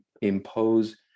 impose